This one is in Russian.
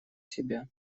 себя